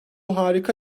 harika